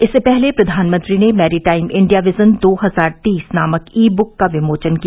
इससे पहले प्रधानमंत्री ने मैरीटाइम इंडिया विजन दो हजार तीस नामक ईबुक का विमोचन किया